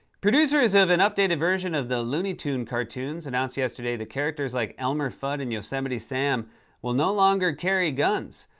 producers of an updated version of the looney tunes cartoons announced yesterday that characters like elmer fudd and yosemite sam will no longer carry guns.